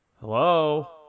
Hello